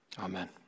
Amen